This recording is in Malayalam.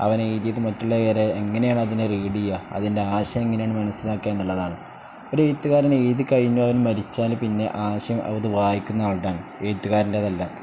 അവന് എഴുീത് മറ്റുള്ളവരെ എങ്ങനെയാണ് അതിനെ റീഡിയ്യാ അതിൻ്റെ ആശയം എങ്ങനെയാണ് മനസ്സിലാക്കാ എന്നുള്ളതാണ് ഒരു എുത്തുകാരന് എഴത് കഴിഞ്ഞ അവൻ മരിച്ചാലും പിന്നെ ആശയം അത് വായിക്കുന്ന ആൾുടൊണ് എഴുത്തുകാരൻ്റെതല്ല